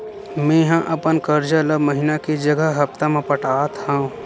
मेंहा अपन कर्जा ला महीना के जगह हप्ता मा पटात हव